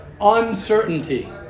uncertainty